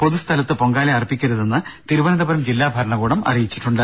പൊതുസ്ഥലത്ത് പൊങ്കാലയർപ്പിക്കരുതെന്ന് തിരുവനന്തപുരം ജില്ലാ ഭരണകൂടം അറിയിച്ചിട്ടുണ്ട്